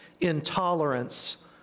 intolerance